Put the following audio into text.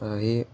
हे